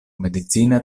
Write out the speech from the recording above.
medicina